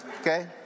okay